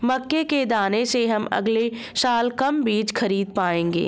मक्के के दाने से हम अगले साल कम बीज खरीद पाएंगे